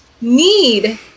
need